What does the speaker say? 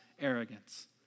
arrogance